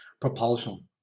propulsion